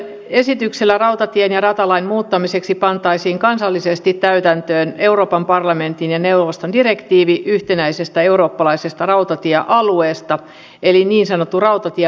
hallituksen esityksellä rautatie ja ratalain muuttamiseksi pantaisiin kansallisesti täytäntöön euroopan parlamentin ja neuvoston direktiivi yhtenäisestä eurooppalaisesta rautatiealueesta eli niin sanottu rautatiemarkkinadirektiivi